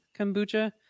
Kombucha